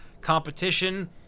Competition